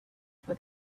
for